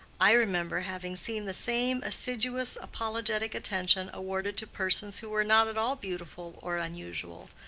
i remember having seen the same assiduous, apologetic attention awarded to persons who were not at all beautiful or unusual,